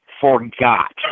forgot